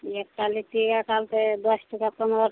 एकटा लिट्टीके कहलकय दस टाका पन